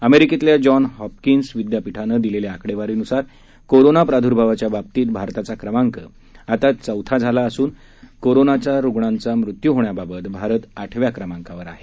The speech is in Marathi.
अमेरिकेतल्या जॉन हॉपकिन्स विद्यापीठानं दिलेल्या आकडेवारीनुसार कोरोना प्रादुर्भावाच्या बाबतीत भारताचा क्रमांक आता जगात चौथा झाला असून कोरोनाच्या रुग्णांचा मृत्यू होण्याबाबत भारत आठव्या क्रमांकावर आहे